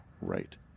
right